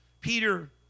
Peter